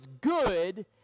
good